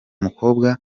mukobwa